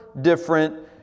different